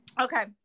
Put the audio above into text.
Okay